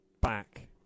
back